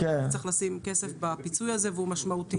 המדינה תצטרך לשים כסף בפיצוי הזה והוא משמעותי,